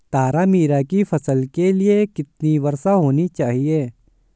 तारामीरा की फसल के लिए कितनी वर्षा होनी चाहिए?